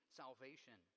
salvation